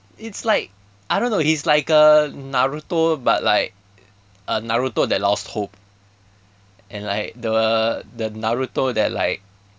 it's like I don't know he's like a naruto but like a naruto that lost hope and like the the naruto that like